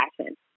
passion